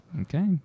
Okay